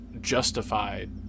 justified